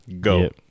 Go